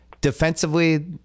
Defensively